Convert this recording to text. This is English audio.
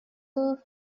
you